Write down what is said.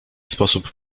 sposób